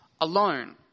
alone